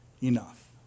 enough